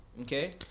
okay